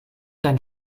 dein